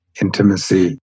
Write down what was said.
Intimacy